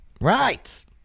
right